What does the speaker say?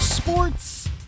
Sports